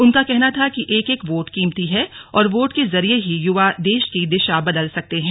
उनका कहना था कि एक एक वोट कीमती है और वोट के जरिए ही युवा देश की दिशा बदल सकते हैं